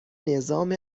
نظام